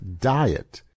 diet